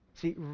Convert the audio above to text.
See